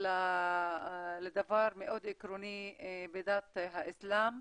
לדבר מאוד עקרוני בדת האסלאם,